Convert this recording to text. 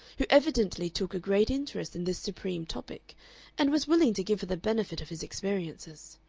who evidently took a great interest in this supreme topic and was willing to give her the benefit of his experiences!